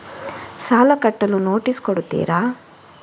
ಸಾಲ ಕಟ್ಟಲು ನೋಟಿಸ್ ಕೊಡುತ್ತೀರ?